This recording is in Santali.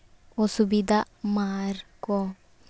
ᱚᱥᱩᱵᱤᱫᱷᱟᱜ ᱢᱟᱠᱚ